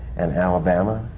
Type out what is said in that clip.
and alabama,